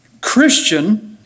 Christian